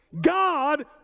God